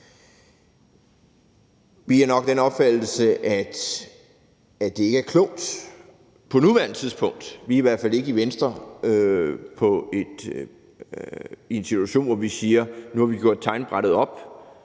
Vi er nok af den opfattelse, at det ikke er klogt på nuværende tidspunkt. Vi er i hvert fald ikke i Venstre i den situation, at vi siger: Nu har vi gjort tegnebrættet op,